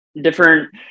different